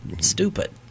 stupid